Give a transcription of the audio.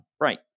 right